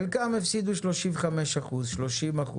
חלקם הפסידו 35%, 30%,